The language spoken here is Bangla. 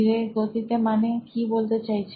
ধীরগতিতে মানে কি বলতে চাইছেন